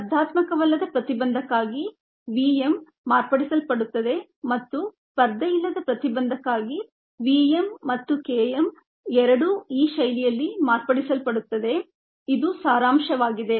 ಸ್ಪರ್ಧಾತ್ಮಕವಲ್ಲದ ಪ್ರತಿಬಂಧಕ್ಕಾಗಿ Vm ಮಾರ್ಪಡಿಸಲ್ಪಡುತ್ತದೆ ಮತ್ತು ಸ್ಪರ್ಧೆಯಿಲ್ಲದ ಪ್ರತಿಬಂಧಕ್ಕಾಗಿ V m ಮತ್ತುK m ಎರಡೂ ಈ ಶೈಲಿಯಲ್ಲಿ ಮಾರ್ಪಡಿಸಲ್ಪಡುತ್ತದೆ ಇದು ಸಾರಾಂಶವಾಗಿದೆ